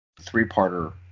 three-parter